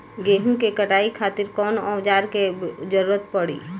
गेहूं के कटाई खातिर कौन औजार के जरूरत परी?